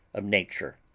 of nature.